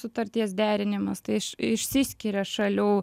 sutarties derinimas tai iš išsiskiria šalių